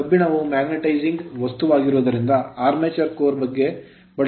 ಕಬ್ಬಿಣವು magnetising ಕಾಂತೀಯ ವಸ್ತುವಾಗಿರುವುದರಿಂದ armature core core ಗೆ ಬಳಸಲಾಗುತ್ತದೆ